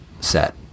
Set